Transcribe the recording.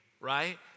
right